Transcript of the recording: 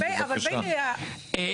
בבקשה.